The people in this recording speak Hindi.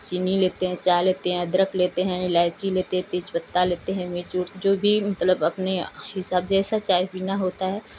चीनी लेते हैं चाय लेते हैं अदरक लेते हैं इलायची लेते हैं तेजपत्ता लेते है मिर्च उर्च जो भी मतलब अपने हिसाब जैसा चाय पीना होता है